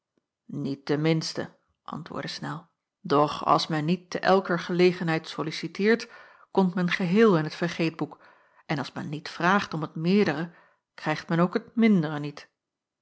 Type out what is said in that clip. de minste antwoordde snel doch als men niet te elker gelegenheid solliciteert komt men geheel in t vergeetboek en als men niet vraagt om het meerdere krijgt men ook het mindere niet